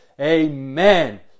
amen